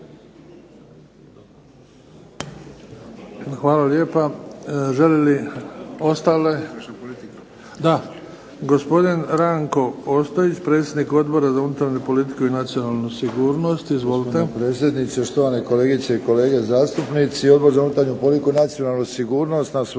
Hvala lijepa. Žele li ostale… Da. Gospodin Ranko Ostojić, predsjednik Odbora za unutarnju politiku i nacionalnu sigurnost. Izvolite.